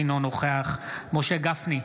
אינו נוכח משה גפני,